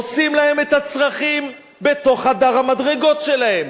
עושים להם את הצרכים בתוך חדר המדרגות שלהם,